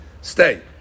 Stay